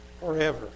forever